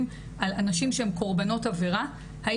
ככל